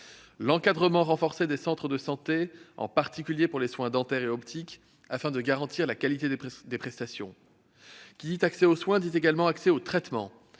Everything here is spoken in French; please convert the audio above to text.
l'encadrement renforcé des centres de santé, en particulier pour les soins dentaires et optiques, afin de garantir des prestations de qualité. Qui dit accès aux soins dit également accès aux traitements.